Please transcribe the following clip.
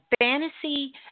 fantasy